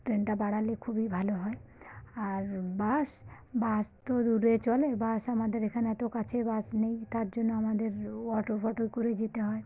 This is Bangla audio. ট্রেনটা বাড়ালে খুবই ভালো হয় আর বাস বাস তো রুটে চলে বাস আমাদের এখানে এত কাছে বাস নেই তার জন্য আমাদের অটো ফটো করে যেতে হয়